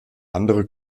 andere